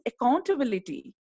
accountability